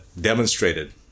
demonstrated